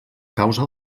causa